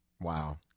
Wow